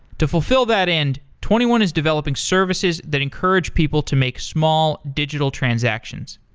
to fulfill that end, twenty one is developing services that encourage people to make small digital transactions.